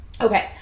Okay